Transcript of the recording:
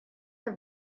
have